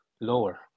lower